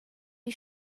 wie